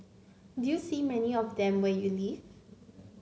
do you see many of them where you live